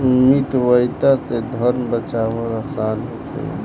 मितव्ययिता से धन बाचावल आसान होखेला